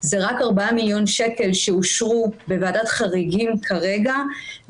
זה רק ארבעה מיליון שקל שאושרו בוועדת חריגים ואיתם